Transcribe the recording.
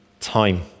Time